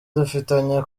dufitanye